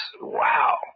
Wow